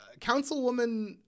Councilwoman